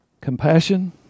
Compassion